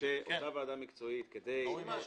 שאותה ועדה מקצועית תהיה "זהירה"